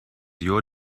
your